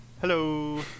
hello